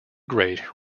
great